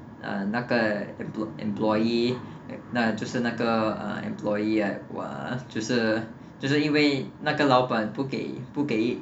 那个 employ~ employee like 那就是那个 employee ah !wah! uh 就是就是因为那个老板不给不给